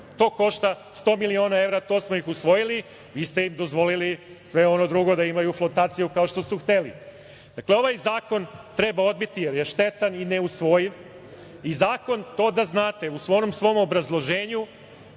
To košta 100 miliona evra. To smo ih usvojili. Vi ste im dozvolili sve ono drugo, da imaju flotaciju kao što su hteli. Dakle, ovaj zakon treba odbiti jer je štetan i neusvojiv i zakon, to da znate, u onom svom obrazloženju,